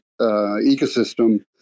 ecosystem